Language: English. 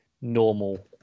normal